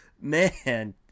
man